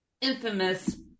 infamous